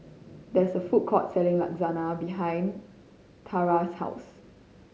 there is a food court selling Lasagne behind Tarah's house